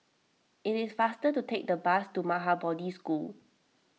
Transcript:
it is faster to take the bus to Maha Bodhi School